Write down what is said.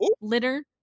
Litter